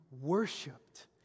worshipped